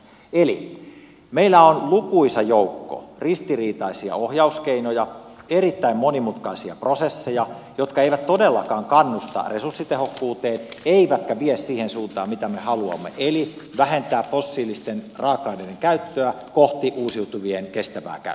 eli meillä on lukuisa joukko ristiriitaisia ohjauskeinoja erittäin monimutkaisia prosesseja jotka eivät todellakaan kannusta resurssitehokkuuteen eivätkä vie siihen suuntaan mitä me haluamme eli vähentää fossiilisten raaka aineiden käyttöä kohti uusiutuvien kestävää käyttöä